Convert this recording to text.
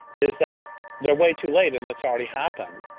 is that they're way too late and it's already happened.